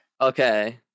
Okay